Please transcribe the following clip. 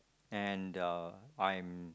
and the I'm